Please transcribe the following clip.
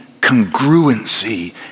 congruency